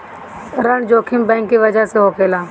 ऋण जोखिम बैंक की बजह से होखेला